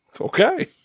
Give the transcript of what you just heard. Okay